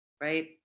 right